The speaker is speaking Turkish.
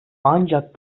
ancak